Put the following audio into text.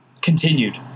continued